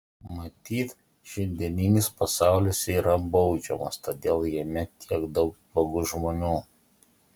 matyt šiandieninis pasaulis yra baudžiamas todėl jame tiek daug blogų žmonių